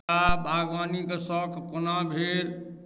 हमरा बागवानीके शौक कोना भेल